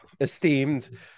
esteemed